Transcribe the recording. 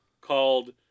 called